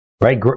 Right